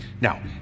Now